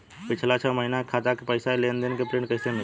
पिछला छह महीना के खाता के पइसा के लेन देन के प्रींट कइसे मिली?